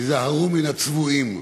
היזהרו מן הצבועים.